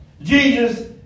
Jesus